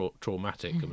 traumatic